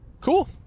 cool